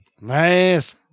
nice